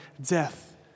death